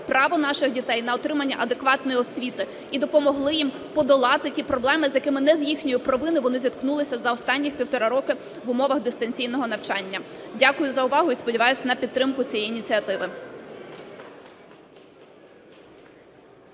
право наших дітей на отримання адекватної освіти і допомогли їм подолати ті проблеми, з якими не з їхньої провини вони зіткнулися за останніх півтора роки в умовах дистанційного навчання. Дякую за увагу і сподіваюсь на підтримку цієї ініціативи.